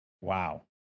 Wow